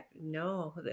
No